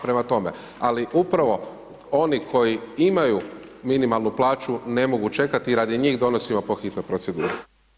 Prema tome, ali upravo oni koji imaju minimalnu plaću ne mogu čekati i radi njih donosimo po hitnoj proceduri.